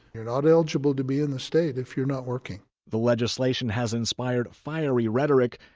you're not eligible to be in the state if you're not working the legislation has inspired fiery rhetoric.